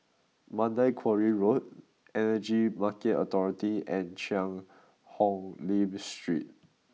Mandai Quarry Road Energy Market Authority and Cheang Hong Lim Street